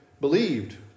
believed